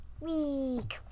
week